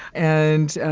and,